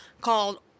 called